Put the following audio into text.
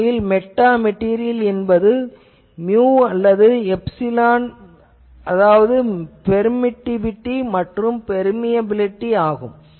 உண்மையில் மெட்டாமெட்டீரியல் என்பது மியு அல்லது எப்சிலான் அதாவது பெர்மிடிவிட்டி மற்றும் பெர்மியபிலிட்டி ஆகும்